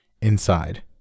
inside